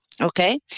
Okay